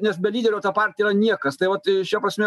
nes be lyderio ta partija yra niekas tai vat šia prasme